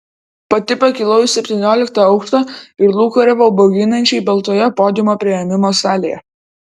pati pakilau į septynioliktą aukštą ir lūkuriavau bauginančiai baltoje podiumo priėmimo salėje